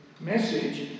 message